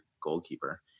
goalkeeper